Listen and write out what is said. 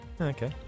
Okay